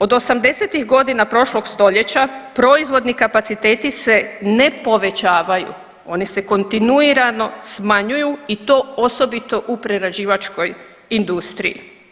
Od osamdesetih godina prošlog stoljeća proizvodni kapaciteti se ne povećavaju, oni se kontinuirano smanjuju i to osobito u prerađivačkoj industriji.